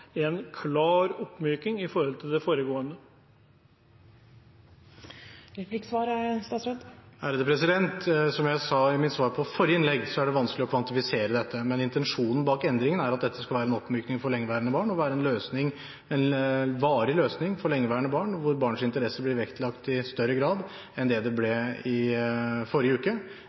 en klar oppmykning i forhold til det foregående regelverket? Som jeg sa i mitt svar på det forrige spørsmålet, er det vanskelig å kvantifisere dette, men intensjonen bak endringen er at dette skal være en oppmykning for lengeværende barn og en varig løsning for lengeværende barn, hvor barns interesser blir vektlagt i større grad enn i forrige uke,